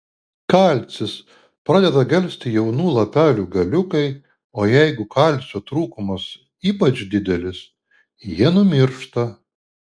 kalcis pradeda gelsti jaunų lapelių galiukai o jeigu kalcio trūkumas ypač didelis jie numiršta